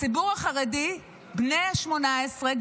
הציבור החרדי בני ה-18,